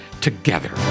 together